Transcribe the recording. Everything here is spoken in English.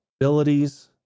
abilities